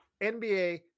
NBA